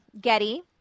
Getty